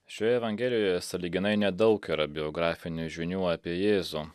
šioje evangelijoje sąlyginai nedaug yra biografinių žinių apie jėzų